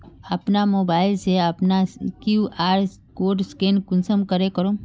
अपना मोबाईल से अपना कियु.आर कोड स्कैन कुंसम करे करूम?